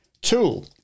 Tool